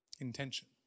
Intention